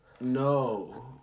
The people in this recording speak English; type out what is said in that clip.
No